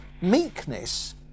meekness